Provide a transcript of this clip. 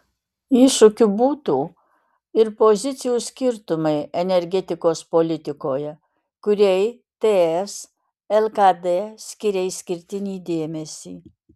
iššūkiu būtų ir pozicijų skirtumai energetikos politikoje kuriai ts lkd skiria išskirtinį dėmesį